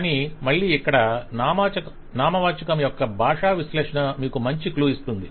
కాని మళ్ళీ ఇక్కడ నామవాచకం యొక్క భాషా విశ్లేషణ మీకు మంచి క్లూ ఇస్తుంది